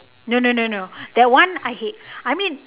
no no no no that one I hate I mean